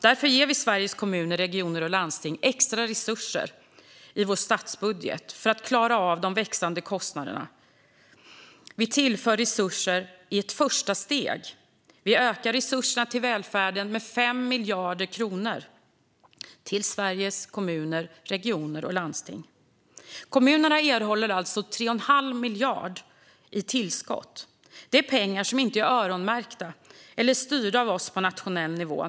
Därför ger vi i vår statsbudget Sveriges kommuner, regioner och landsting extra resurser för att klara av de växande kostnaderna. Vi tillför resurser i ett första steg: Vi ökar resurserna till välfärden med 5 miljarder kronor till Sveriges kommuner, regioner och landsting. Kommunerna erhåller alltså 3,5 miljarder i tillskott. Detta är pengar som inte är öronmärkta eller styrda av oss på nationell nivå.